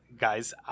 guys